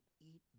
eat